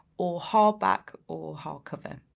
or hardback or hardcover.